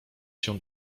się